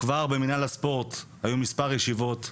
כבר במנהל הספורט מספר ישיבות.